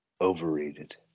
Overrated